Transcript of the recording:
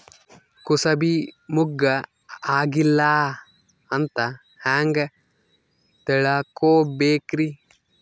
ಕೂಸಬಿ ಮುಗ್ಗ ಆಗಿಲ್ಲಾ ಅಂತ ಹೆಂಗ್ ತಿಳಕೋಬೇಕ್ರಿ?